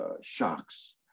shocks